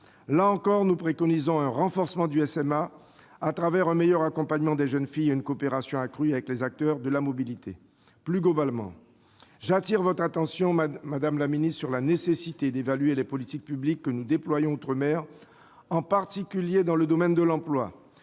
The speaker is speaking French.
Là encore, nous préconisons un renforcement du SMA, au travers d'un meilleur accompagnement des jeunes filles et d'une coopération accrue avec les acteurs de la mobilité. Plus globalement, madame la ministre, j'attire votre attention sur la nécessité d'évaluer les politiques publiques que nous déployons outre-mer, en particulier dans le domaine de l'emploi.